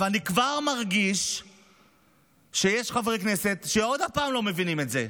אבל אני כבר מרגיש שיש חברי כנסת שעוד פעם לא מבינים את זה,